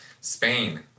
Spain